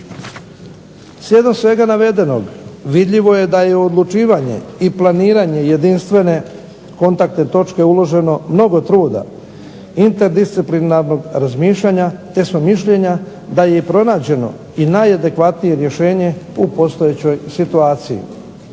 Slijedom svega navedenog vidljivo je da je odlučivanje i planiranje jedinstvene kontaktne točke uloženo mnogo truda, interdisciplinarnog razmišljanja, te smo mišljenja da je i pronađeno i najadekvatnije rješenje u postojećoj situaciji.